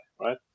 right